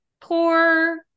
poor